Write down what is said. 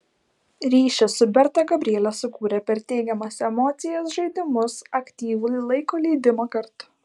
ryšį su berta gabrielė sukūrė per teigiamas emocijas žaidimus aktyvų laiko leidimą kartu